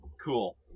Cool